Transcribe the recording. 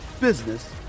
business